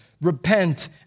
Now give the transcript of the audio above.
Repent